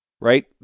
right